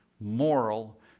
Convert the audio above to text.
moral